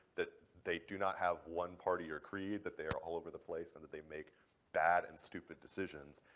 that they do not have one party or creed, that they are all over the place, and that they make bad and stupid decisions.